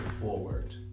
forward